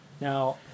now